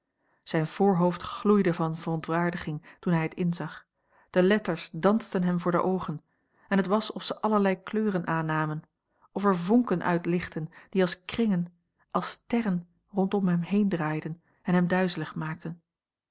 zijn voorhoofd gloeide van verontwaardiging toen hij het inzag de letters dansten hem voor de oogen en het was of ze allerlei kleuren aannamen of er vonken uit lichtten die als kringen als sterren rondom hem heen draaiden en hem duizelig maakten